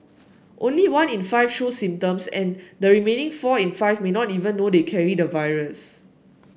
only one in five show symptoms and the remaining four in five may not even know they carry the virus